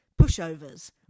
pushovers